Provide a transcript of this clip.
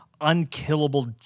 unkillable